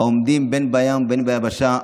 העומדים בין בים ובין ביבשה,